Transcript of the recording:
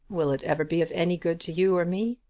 will it ever be of any good to you or me?